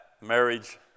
marriage